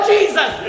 Jesus